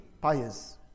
pious